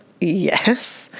Yes